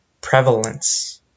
prevalence